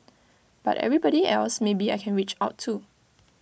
but everybody else maybe I can reach out to